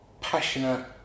passionate